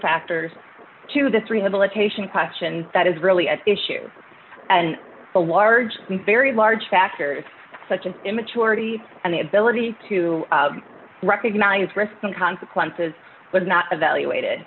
factors to this rehabilitation question that is really at issue and a large very large factors such as immaturity and the ability to recognize risk and consequences but not evaluated